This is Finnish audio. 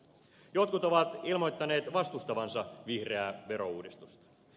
jotkut ovat ilmoittaneet vastustavansa vihreää verouudistusta